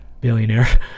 Billionaire